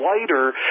lighter